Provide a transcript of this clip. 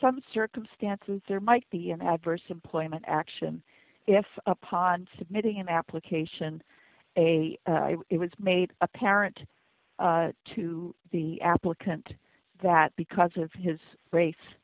some circumstances there might be an adverse employment action if upon submitting an application a it was made apparent to the applicant that because of his race